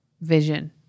vision